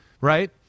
right